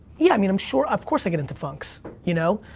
yeah, i mean, i'm sure, of course i get into funks, you know?